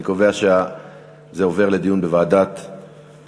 אני קובע שזה עובר לדיון בוועדת המדע.